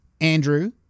Andrew